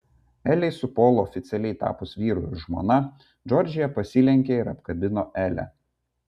elei su polu oficialiai tapus vyru ir žmona džordžija pasilenkė ir apkabino elę